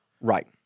Right